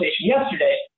yesterday